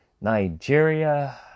Nigeria